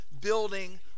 building